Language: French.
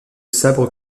sabre